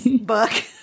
book